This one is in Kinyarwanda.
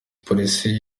polisi